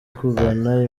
kugana